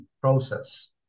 process